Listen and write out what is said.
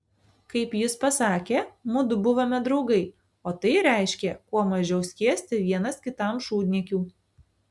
kaip jis pasakė mudu buvome draugai o tai reiškė kuo mažiau skiesti vienas kitam šūdniekių